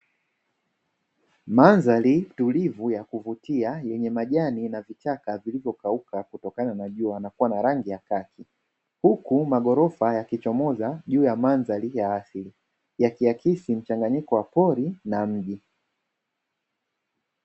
Mandhari tulivu ya kuvutia yenye majani na vichaka, vilivyokauka kutokana na jua na kuwa na rangi ya kaki ,huku maghorofa yakichomoza juu ya mandhari ya asili yakiakisi mchanganyiko wa pori na mji.